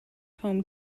home